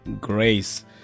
grace